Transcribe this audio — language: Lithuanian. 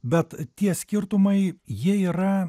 bet tie skirtumai jie yra